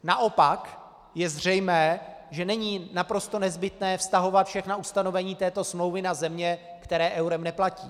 Naopak je zřejmé, že není naprosto nezbytné vztahovat všechna ustanovení této smlouvy na země, které eurem neplatí.